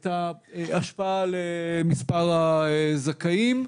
את ההשפעה על מספר הזכאים,